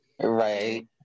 right